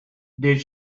did